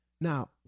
Now